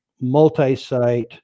multi-site